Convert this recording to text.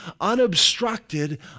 unobstructed